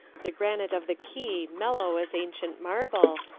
the granite of the quay mellow as ancient marble,